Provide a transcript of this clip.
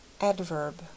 Adverb